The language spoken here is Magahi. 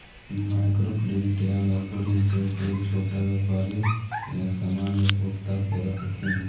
माइक्रो क्रेडिट या लघु ऋण के उपयोग छोटा व्यापारी या सामान्य उपभोक्ता करऽ हथिन